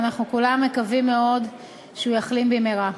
ואנחנו כולנו מקווים מאוד שהוא יחלים במהרה.